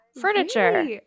furniture